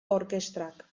orkestrak